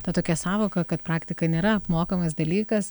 ta tokia sąvoka kad praktika nėra apmokamas dalykas